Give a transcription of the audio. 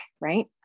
right